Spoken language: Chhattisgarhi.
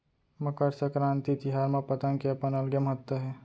मकर संकरांति तिहार म पतंग के अपन अलगे महत्ता हे